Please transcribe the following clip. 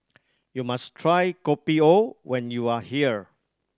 you must try Kopi O when you are here